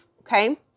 okay